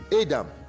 Adam